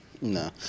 No